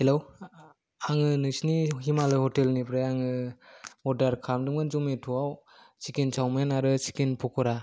hello आङो नोंसोरनि हिमालय हटेलनिफ्राय आङो अर्डार खालामदोंमोन जमेट'आव चिकेन चावमिन आरो चिकेन पकरा